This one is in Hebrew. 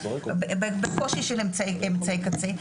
בקושי של אמצעי קצה,